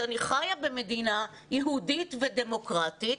שאני חיה במדינה יהודית ודמוקרטית,